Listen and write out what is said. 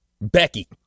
Becky